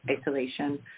isolation